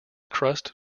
crust